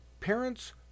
Parents